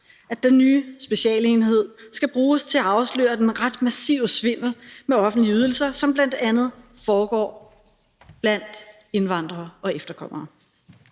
at den nye specialenhed skal bruges til at afsløre den ret massive svindel med offentlige ydelser, som bl.a. foregår blandt indvandrere og efterkommere.